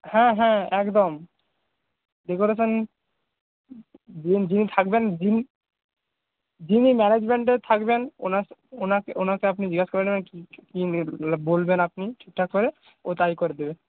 হ্যাঁ হ্যাঁ একদম ডেকোরেশন যিনি থাকবে যিনি যিনি ম্যানেজমেন্টে থাকবেন ওনা ওনাকে ওনাকে আপনি জিজ্ঞেস করে নেবেন কী বলবেন আপনি ঠিকঠাক করে ও তাই করে দেবে